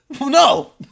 No